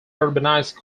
urbanized